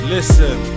Listen